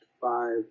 five